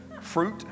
Fruit